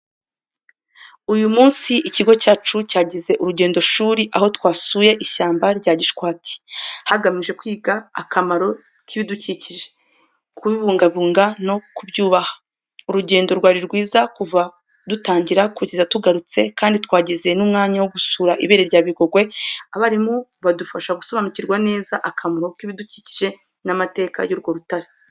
Uyu munsi ikigo cyacu cyagize urugendoshuri, aho twasuye ishyamba rya Gishwati, hagamijwe kwiga akamaro k’ibidukikije, kubibungabunga no kubyubaha. Urugendo rwari rwiza kuva dutangira kugeza tugarutse kandi twagize n’umwanya wo gusura ibere rya Bigogwe, abarimu badufasha gusobanukirwa neza akamaro k’ibidukikije n’amateka y’urwo rutare.